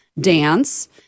dance